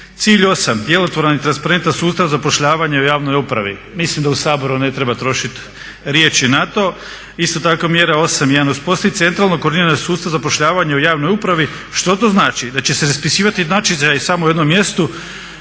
Cilj 8 - djelotvoran i transparentan sustav zapošljavanja u javnoj upravi. Mislim da u Saboru ne treba trošit riječi na to. Isto tako mjera 8.1. uspostavit centralno koordinirani sustav zapošljavanja u javnoj upravi. Što to znači, da će se raspisivati … samo jednom mjestu